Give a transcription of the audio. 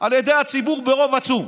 על ידי הציבור ברוב עצום,